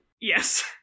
Yes